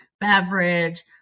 beverage